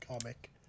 comic